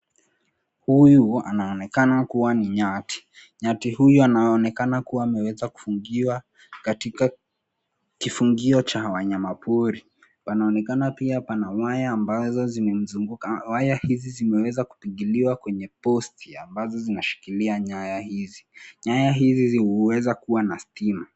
Huyu anaonekana kuwa ni nyati. Nyati huyu anaonekana kuwa ameweza kufungiwa katika kifungio cha wanyama pori. Panaonekana pia pana waya ambazo zimemzunguka. Waya hizi zimeweza kupigiliwa kwenye posti ambazo zinaashikila nyaya hizi. Nyaya hizi huweza kuwa na stima.